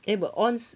eh but ons